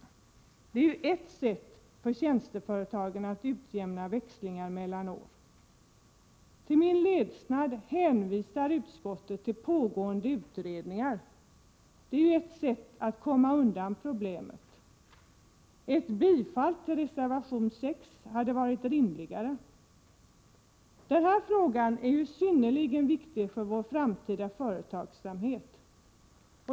Detta skulle vara ett sätt för tjänsteföretagen att utjämna växlingar mellan år. Till min ledsnad hänvisar utskottet till pågående utredningar, vilket är ett sätt att komma undan från problemet. Ett tillstyrkande av förslaget i reservation 6 hade varit rimligare. Den här frågan är synnerligen viktig för vår framtida företagsamhet.